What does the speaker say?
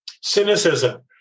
Cynicism